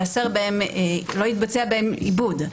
לא יתבצע בהם עיבוד.